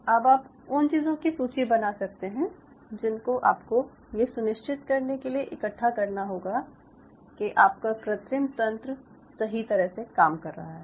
अब आप उन चीज़ों की सूची बना सकते हैं जिनको आपको ये सुनिश्चित करने के लिए इकट्ठा करना होगा कि आपका कृत्रिम तंत्र सही तरह से काम कर रहा है